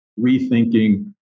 rethinking